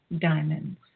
diamonds